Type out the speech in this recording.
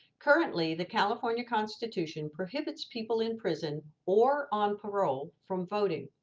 currently, the california constitution prohibits people in prison or on parole from voting.